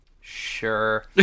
sure